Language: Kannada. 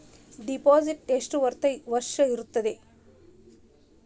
ಡಿಪಾಸಿಟ್ ಎಷ್ಟು ವರ್ಷ ಇರುತ್ತದೆ?